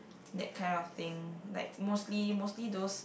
that kind of thing like mostly mostly those